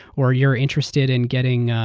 or you're interested in getting